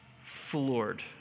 floored